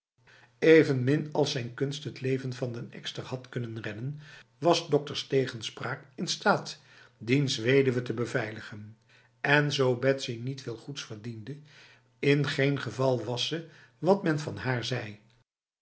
evenmin als zijn kunst het leven van den ekster had kunnen redden was s dokters tegenspraak in staat diens weduwe te beveiligen en zo betsy niet veel goeds verdiende in geen geval was ze wat men van haar zei